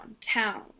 Town